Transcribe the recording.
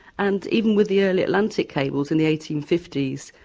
and even with the early atlantic cables in the eighteen fifty s,